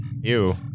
Ew